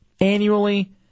Annually